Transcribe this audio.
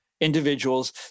individuals